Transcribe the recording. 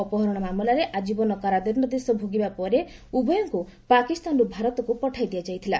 ଅପହରଣ ମାମଲାରେ ଆଜ୍ଞୀବନ କାରାଦଶ୍ଡାଦେଶ ଭୋଗିବା ପରେ ଉଭୟଙ୍କୁ ପାକିସ୍ତାନରୁ ଭାରତକୁ ପଠାଇ ଦିଆଯାଇଥିଲା